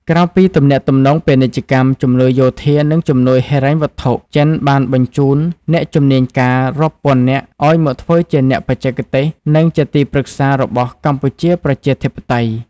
ក្រៅពីទំនាក់ទំនងពាណិជ្ជកម្ម ជំនួយយោធា និងជំនួយហិរញ្ញវត្ថុ ចិនបានបញ្ជូនអ្នកជំនាញ ការរាប់ពាន់នាក់ឱ្យមកធ្វើជាអ្នកបច្ចេកទេស និងជាទីប្រឹក្សារបស់កម្ពុជាប្រជាធិបតេយ្យ។